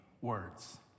words